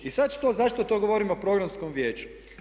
I sad zašto to govorim o programskom vijeću?